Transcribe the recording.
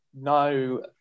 No